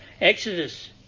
Exodus